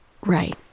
Right